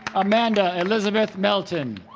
amanda elizabeth melton